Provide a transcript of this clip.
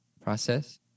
process